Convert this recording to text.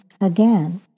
again